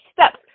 step